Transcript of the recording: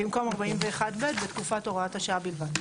במקום 41ב בתקופת הוראת השעה בלבד.